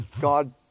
God